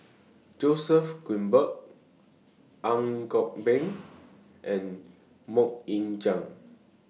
Joseph Grimberg Ang Kok Peng and Mok Ying Jang